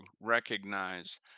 recognize